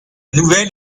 nouvelle